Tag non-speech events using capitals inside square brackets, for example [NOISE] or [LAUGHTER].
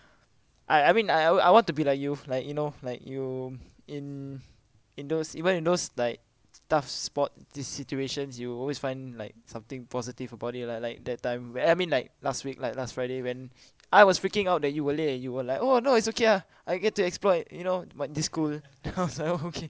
I I mean I I want to be like you like you know like you in in those even if those like tough spot si~ situations you always find like something positive about it like like that time whe~ I mean like last week like last friday when I was freaking out that you were late and you were like oh no it's okay ah I get to explore you know what this school and I was like okay [LAUGHS]